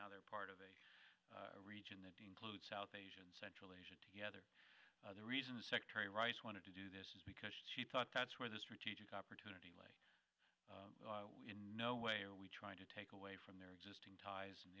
now they're part of a region that includes south asia and central asia together the reason the secretary rice wanted to do this is because he thought that's where the strategic opportunity in no way are we trying to take away from their existing ties